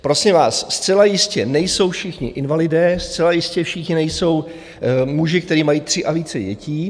Prosím vás, zcela jistě nejsou všichni invalidé, zcela jistě všichni nejsou muži, kteří mají tři a více dětí.